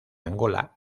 angola